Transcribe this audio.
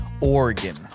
Oregon